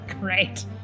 great